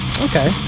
Okay